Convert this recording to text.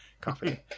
coffee